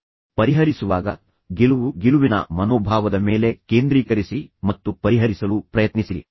ಈಗ ಪರಿಹರಿಸುವಾಗ ನಾನು ನಿಮಗೆ ಹೇಳುತ್ತಲೇ ಇರುತ್ತೇನೆ ಗೆಲುವು ಗೆಲುವಿನ ಮನೋಭಾವದ ಮೇಲೆ ಕೇಂದ್ರೀಕರಿಸಿ ಮತ್ತು ಪರಿಹರಿಸಲು ಪ್ರಯತ್ನಿಸಿರಿ